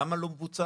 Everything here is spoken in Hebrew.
למה זה לא מבוצע?